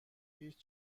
هیچ